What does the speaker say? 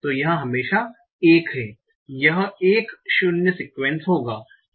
तो यह हमेशा 1 है यह एक शून्य सिकुएंस होगा